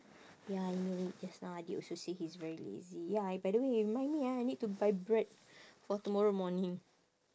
ya I knew it just now adik also say he's very lazy ya I by the way remind me ah I need to buy bread for tomorrow morning